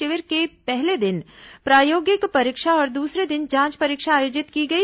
शिविर के पहले दिन प्रायोगिक परीक्षा और दूसरे दिन जांच परीक्षा आयोजित की गई